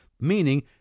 meaning